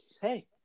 hey